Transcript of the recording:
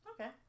Okay